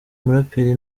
muraperi